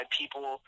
people